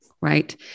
right